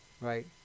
Right